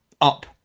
up